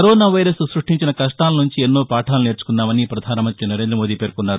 corona virus స్బష్టించిన కష్టాల నుంచి ఎన్నో పాఠాలు నేర్చుకున్నామని పధానమంత్రి నరేందమోదీ పేర్కొన్నారు